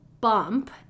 bump